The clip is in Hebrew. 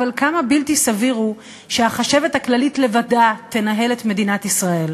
אבל כמה בלתי סביר שהחשבת הכללית לבדה תנהל את מדינת ישראל.